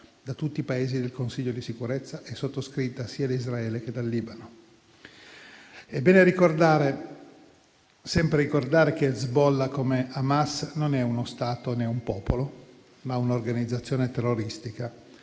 da tutti i Paesi del Consiglio di sicurezza e sottoscritta sia da Israele che dal Libano. È bene ricordare sempre che Hezbollah, come Hamas, non è uno Stato né un popolo, ma un'organizzazione terroristica,